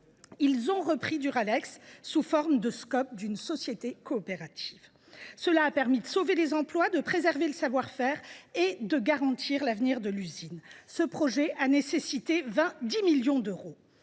ils ont repris Duralex sous forme de société coopérative participative (Scop). Cela a permis de sauver les emplois, de préserver le savoir faire et de garantir l’avenir de l’usine. Ce projet a nécessité 10 millions d’euros.